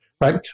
right